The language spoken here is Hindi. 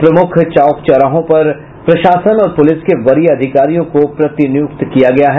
प्रमुख चौक चौराहे पर प्रशासन और पुलिस के वरीय अधिकारियों को प्रतिनियुक्त किया गया है